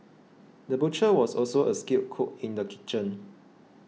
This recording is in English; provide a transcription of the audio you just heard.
the butcher was also a skilled cook in the kitchen